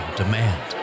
demand